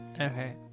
Okay